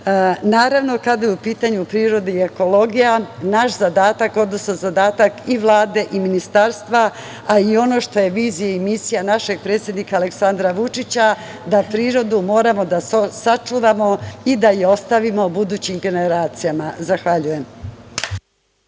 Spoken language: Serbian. Bečej. Naravno, kada je u pitanju priroda i ekologija, naš zadatak, odnosno zadatak i Vlade i ministarstva, a i ono što je vizija i misija našeg predsednika Aleksandra Vučića, da prirodu moramo da sačuvamo i da je ostavimo budućim generacijama. Zahvaljujem.